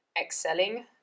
excelling